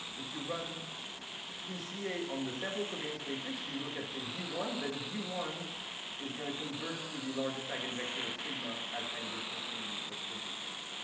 if you run pca on the sample covariance matrix, you look at, say, v one, then v one is going to converge to the largest eigenvector of sigma as n goes to infinity, but for d fixed.